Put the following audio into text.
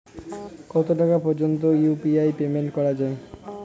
কত টাকা পর্যন্ত ইউ.পি.আই পেমেন্ট করা যায়?